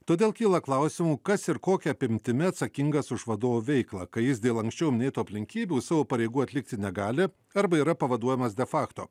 todėl kyla klausimų kas ir kokia apimtimi atsakingas už vadovo veiklą kai jis dėl anksčiau minėtų aplinkybių savo pareigų atlikti negali arba yra pavaduojamas de fakto